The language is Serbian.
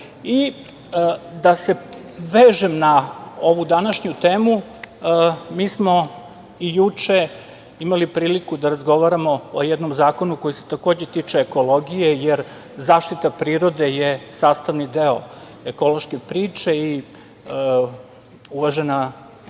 se vežem na ovu današnju temu, mi smo i juče imali priliku i juče da razgovaramo o jednom zakonu koji se takođe tiče ekologije, jer zaštita prirode je sastavni deo ekološke priče, i uvažena